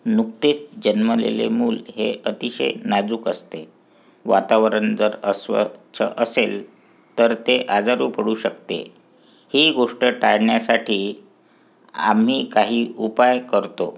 नुकतेच जन्मलेले मुलं हे अतिशय नाजुक असते वातावरण जर अस्वच्छ असेल तर ते आजारी पडू शकते ही गोष्ट टाळण्यासाठी आम्ही काही उपाय करतो